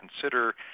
consider